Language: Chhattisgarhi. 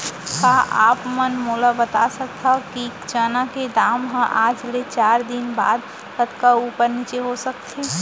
का आप मन मोला बता सकथव कि चना के दाम हा आज ले चार दिन बाद कतका ऊपर नीचे हो सकथे?